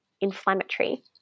inflammatory